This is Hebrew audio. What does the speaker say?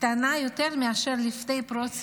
קטנה יותר מאשר לפני פרוץ